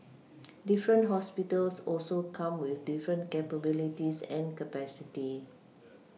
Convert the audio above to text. different hospitals also come with different capabilities and capacity